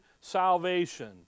salvation